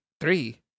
three